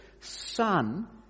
son